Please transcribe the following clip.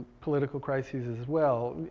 political crises as well.